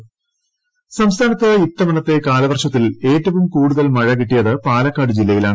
മഴ ഇടുക്കി സംസ്ഥാനത്ത് ഇത്തവണത്തെ കാലവർഷത്തിൽ ഏറ്റവും കൂടുതൽ മഴ കിട്ടിയത് പാലക്കാട് ജില്ലയിലാണ്